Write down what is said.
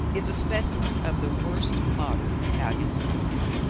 is a specimen of the worst modern italian sculpture.